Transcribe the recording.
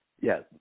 Yes